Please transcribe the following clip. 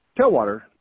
tailwater